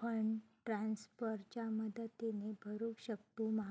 Fund transfer च्या मदतीने भरुक शकतू मा?